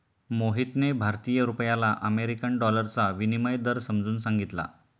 मोहितने भारतीय रुपयाला अमेरिकन डॉलरचा विनिमय दर समजावून सांगितला